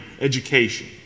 education